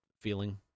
feeling